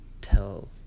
tell